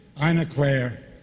ina claire,